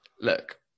Look